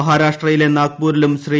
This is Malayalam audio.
മഹാരാഷ്ട്രയിലെ നാഗ്പൂരിലും ശ്രീ